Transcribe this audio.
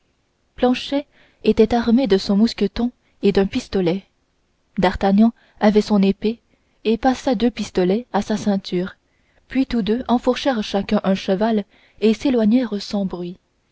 planchet était armé de son mousqueton et d'un pistolet d'artagnan avait son épée et passa deux pistolets à sa ceinture puis tous deux enfourchèrent chacun un cheval et s'éloignèrent sans bruit